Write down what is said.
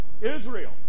Israel